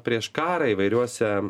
prieš karą įvairiuose